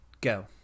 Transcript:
go